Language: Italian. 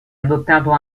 adottato